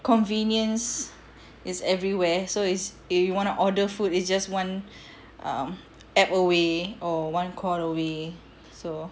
convenience is everywhere so it's if you want to order food it's just one um app away or one call away so